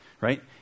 right